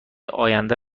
آینده